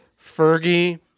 Fergie